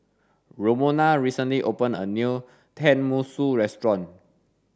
Romona recently opened a new Tenmusu restaurant